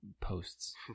posts